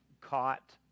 caught